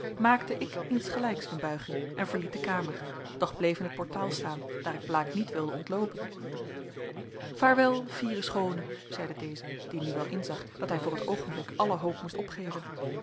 maakte ik insgelijks een buiging en verliet de kamer doch bleef in t portaal staan daar ik blaek niet wilde ontloopen vaarwel fiere schoone zeide deze die nu wel inzag dat hij voor het oogenblik alle hoop moest opgeven